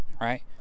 right